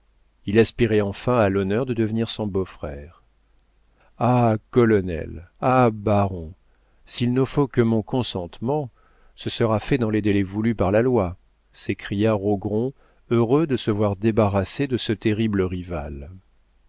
il aspirait enfin à l'honneur de devenir son beau-frère ah colonel ah baron s'il ne faut que mon consentement ce sera fait dans les délais voulus par la loi s'écria rogron heureux de se voir débarrassé de ce terrible rival